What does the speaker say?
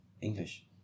English